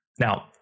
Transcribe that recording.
Now